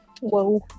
Whoa